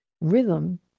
rhythm